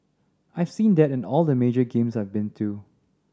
I've seen that in all the major games I've been too